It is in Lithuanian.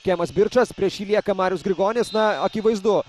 kemas birčas prieš jį lieka marius grigonis na akivaizdu